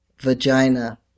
vagina